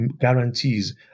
guarantees